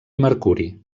mercuri